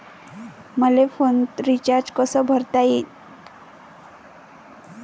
मले phone recharge कसा करता येईन?